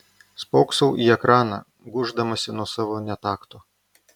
spoksau į ekraną gūždamasi nuo savo netakto